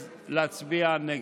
אז להצביע נגד.